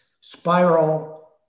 spiral